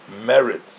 merit